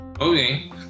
Okay